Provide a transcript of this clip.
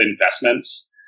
investments